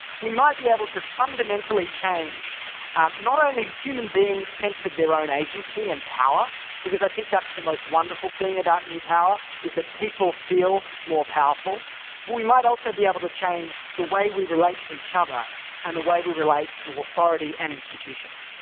we might be able to fundamentally change not only human beings' sense of their own agency and power because i think that's the most wonderful thing about new power, is that people feel more powerful but we might also be able to change the way we relate to each other and the way we relate to authority and institutions.